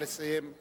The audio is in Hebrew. נא לסיים.